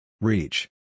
Reach